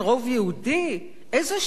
איזו שיטת הצבעה תהיה כאן?